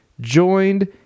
joined